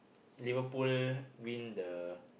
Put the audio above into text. Liverpool win the